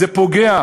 זה פוגע.